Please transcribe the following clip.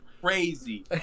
Crazy